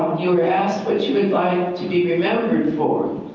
you were asked what you would like to be remembered for.